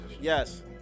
Yes